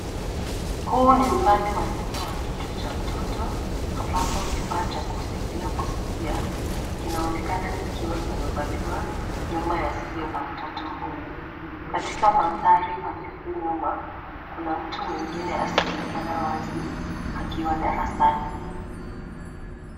Huu ni upande wa nyuma wa kichwa cha mtoto ambapo kifaa cha kusaidia kusikia kinaonekana kikiwa kimevaliwa nyuma ya sikio la mtoto huyu. Katika mandhari hafifu nyuma, kuna mtu mwengine asiyeonekana wazi akiwa darasani.